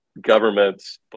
governments